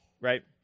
Right